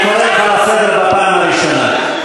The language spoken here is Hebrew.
אני קורא אותך לסדר בפעם הראשונה.